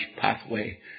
pathway